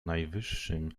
najwyższym